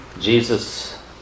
Jesus